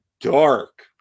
dark